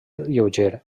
lleuger